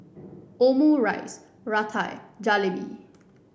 Omurice Raita and Jalebi